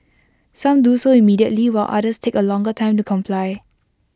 some do so immediately while others take A longer time to comply